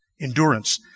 Endurance